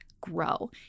grow